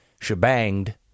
shebanged